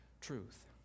truth